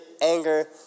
anger